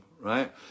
right